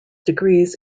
degrees